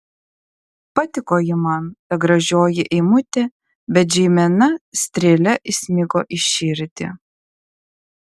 patiko ji man ta gražioji eimutė bet žeimena strėle įsmigo į širdį